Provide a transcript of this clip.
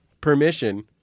permission